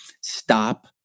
stop